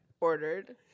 ordered